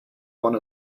one